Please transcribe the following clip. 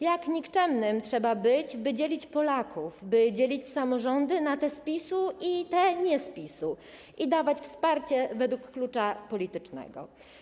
Jak nikczemnym trzeba być, by dzielić Polaków, by dzielić samorządy na te z PiS-u i te nie z PiS-u i dawać wsparcie według klucza politycznego.